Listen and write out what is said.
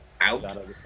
out